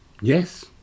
Yes